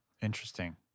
Interesting